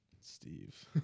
Steve